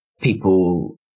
people